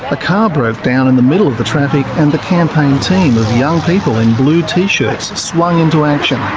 a car broke down in the middle of the traffic and the campaign team of young people in blue t-shirts swung into action.